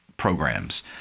programs